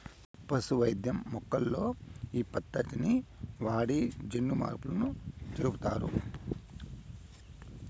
పశు వైద్యం మొక్కల్లో ఈ పద్దతిని వాడి జన్యుమార్పులు జరుపుతారు